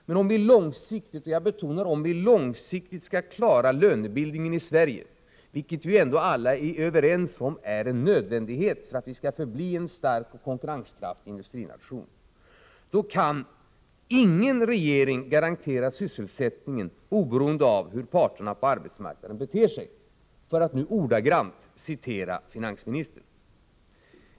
Men om vi långsiktigt skall klara lönebildningen i Sverige — vilket ju ändå alla är överens om är en nödvändighet för att vi skall förbli en stark och konkurrenskraftig industrination — kan ”ingen regering garantera sysselsättningen oberoende av hur parterna på arbetsmarknaden beter sig”, för att citera finansministern.